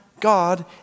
God